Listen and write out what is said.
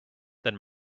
than